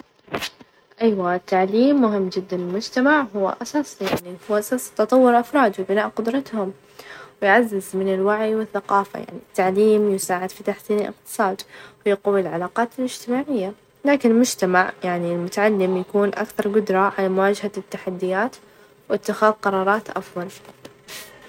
من الصعب نقول بشكل قاطع الآلات يمكن أن تتطور وتصبح أكثر ذكاء ، لكن المشاعر تتطلب وعي يعني وتجارب إنسانية عميقة ومشاعر البشر تتشكل من التجارب الحياتية، التفاعل الإجتماعي والبيئة يعني ممكن تتنقل للآلات -مح- محاكاة المشاعر لكن فهمها حقيقي وتجربتها كالإنسان يعني تبقى صعبة جدًا.